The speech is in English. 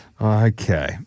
Okay